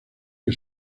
que